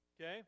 okay